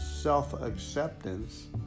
self-acceptance